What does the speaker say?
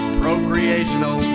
procreational